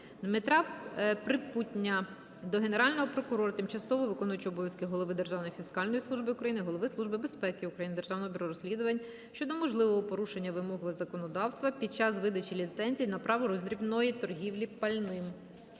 Дмитра Припутня до Генерального прокурора, тимчасово виконуючого обов'язки голови Державної фіскальної служби України, Голови Служби безпеки України, Державного бюро розслідувань щодо можливого порушення вимог законодавства під час видачі ліцензії на право роздрібної торгівлі пальним.